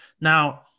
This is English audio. now